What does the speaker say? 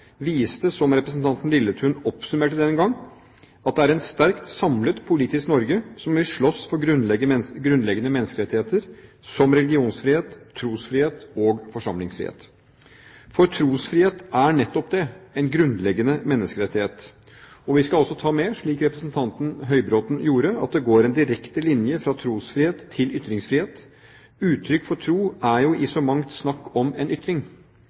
viste, som representanten Lilletun oppsummerte den gang, at det er et sterkt samlet politisk Norge som vil slåss for grunnleggende menneskerettigheter som religionsfrihet, trosfrihet og forsamlingsfrihet. For trosfrihet er nettopp det: en grunnleggende menneskerettighet. Vi skal også ta med, slik representanten Høybråten gjorde, at det går en direkte linje fra trosfrihet til ytringsfrihet. Uttrykk for tro er jo i så mangt snakk om en ytring.